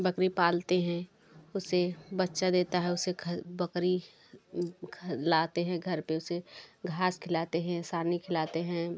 बकरी पालते हैं उसे बच्चा देता है उसे बकरी घर लाते हैं घर पे उसे घास खिलाते हैं सानी खिलाते हैं